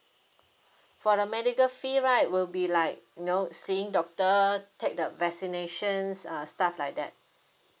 for the medical fee right will be like you know seeing doctor take the vaccinations uh stuff like that